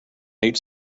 each